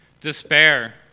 Despair